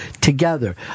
together